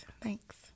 thanks